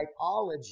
typology